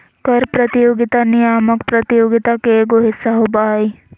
कर प्रतियोगिता नियामक प्रतियोगित के एगो हिस्सा होबा हइ